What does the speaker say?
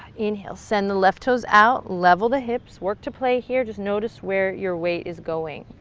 inhale, send the left toes out, level the hips, work to play here, just notice where your weight is going.